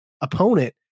opponent